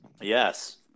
Yes